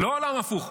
לא עולם הפוך.